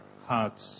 hearts